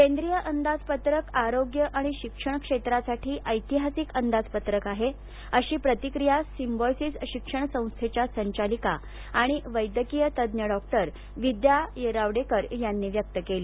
हे केंद्रीय अंदाजपत्रक आरोग्य आणि शिक्षण क्षेत्रासाठी ऐतिहासिक अंदाजपत्रक आहे अशी प्रतिक्रिया सिंबायोसिस शिक्षण संस्थेच्या संचालिका आणि वैद्यकीय तज्ञ डॉक्टर विद्या येरावडेकर यांनी व्यक्त केली